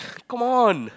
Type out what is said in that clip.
come on